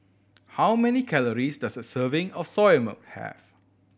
how many calories does a serving of Soya Milk have